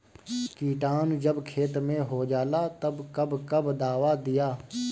किटानु जब खेत मे होजाला तब कब कब दावा दिया?